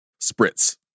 spritz